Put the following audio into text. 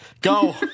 Go